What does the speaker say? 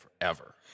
forever